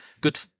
Good